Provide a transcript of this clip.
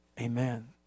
Amen